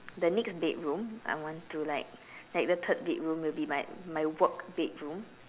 the next bedroom I want to like like the third bedroom will be my my work bedroom